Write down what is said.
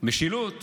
משילות?